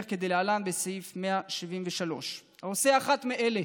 בסעיף 173 הוא אומר כדלהלן: "העושה אחת מאלה,